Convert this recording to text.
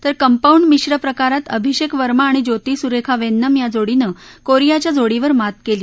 तर कंपाऊंड मिश्र प्रकारात अभिषेक वर्मा आणि ज्योती सुरेखा वेन्नम या जोडीनं कोरियाच्या जोडीवर मात केली